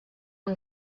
amb